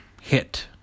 hit